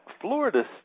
Florida